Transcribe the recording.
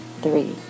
three